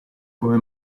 come